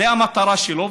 זו המטרה שלו,